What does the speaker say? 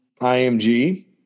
IMG